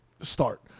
start